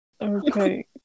Okay